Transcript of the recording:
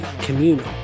communal